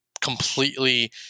completely